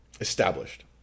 established